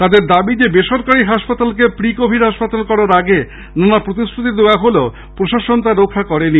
এদের দাবি সেবরকারি হাসপাতালকে প্রি কোভিড হাসপাতাল করার আগে নানা প্রতিশ্রুতি দেওয়া হলেও প্রশাসন তা রাখে নি